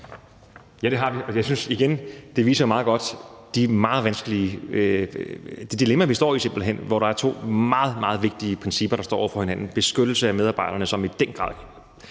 Ja, det har vi. Og jeg synes, at det igen meget godt viser det meget vanskelige dilemma, vi står i, med to meget, meget vigtige principper, der står over for hinanden: at beskytte medarbejdere, som i den grad er